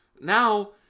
now